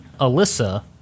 Alyssa